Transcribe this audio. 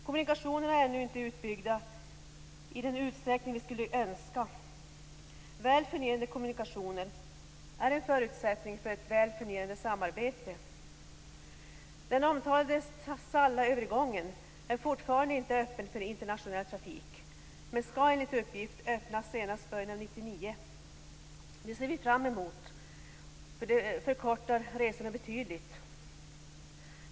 Kommunikationerna är ännu inte utbyggda i den utsträckning vi skulle önska. Väl fungerande kommunikationer är en förutsättning för ett väl fungerande samarbete. Den omtalade Sallaövergången är fortfarande inte öppen för internationell trafik, men skall enligt uppgift öppnas senast i början av 1999. Det ser vi fram emot. Det förkortar resorna betydligt.